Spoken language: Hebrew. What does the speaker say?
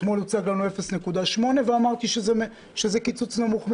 אתמול הוצג לנו 0.8 ואמרתי שזה קיצוץ נמוך מדי.